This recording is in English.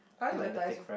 advertisement